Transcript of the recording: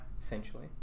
essentially